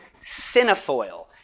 Cinefoil